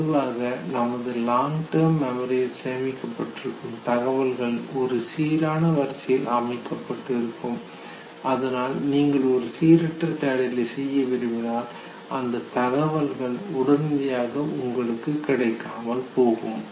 பொதுவாக நமது long term மெமரியில் சேமிக்கப்பட்டிருக்கும் தகவல்கள் ஒரு சீரான வரிசையில் அமைக்கப்பட்டிருக்கும் அதனால் நீங்கள் ஒரு சீரற்ற தேடலை செய்ய விரும்பினால் அந்த தகவல்கள் உடனடியாக உங்களுக்கு கிடைக்காமல் போகும்